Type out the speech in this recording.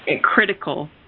critical